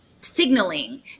signaling